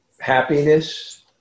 happiness